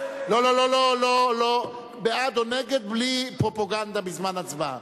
לא לא, בעד או נגד, בלי פרופגנדה בזמן ההצבעה.